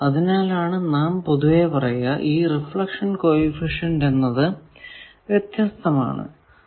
അതിനാലാണ് നാം പൊതുവെ ഈ റിഫ്ലക്ഷൻ കോ എഫിഷ്യന്റ് വ്യത്യസ്തമാണ് എന്ന് പറയുന്നത്